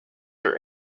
her